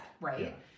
right